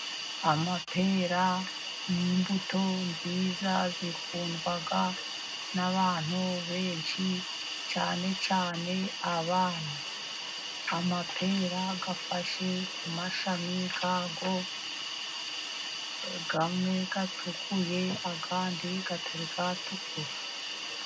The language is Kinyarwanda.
Amapera n'imbuto nziza, zikundwa n'abantu benshi cyane cyane abana, amapera afashe ku mashami y'ayo, amwe atukuye andi ataratukura.